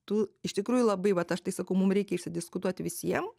tų iš tikrųjų labai vat aš tai sakau mum reikia išsidiskutuoti visiem